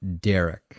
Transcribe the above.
Derek